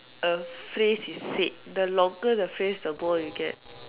a phrase is said the longer the phrase the more you get